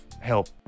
help